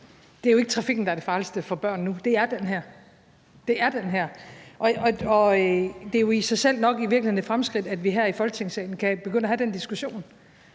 Det er den her. (Statsministeren holder sin mobiltelefon op). Det er jo i sig selv nok i virkeligheden et fremskridt, at vi her i Folketingssalen kan begynde at have den diskussion.